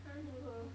I never